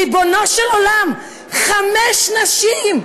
ריבונו של עולם, חמש נשים.